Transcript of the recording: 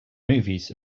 movies